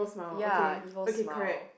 ya evil smile